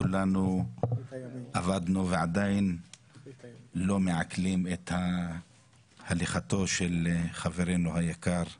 כולנו עדיין לא מעכלים את הליכתו של חברנו היקר סעיד,